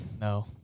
No